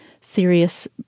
serious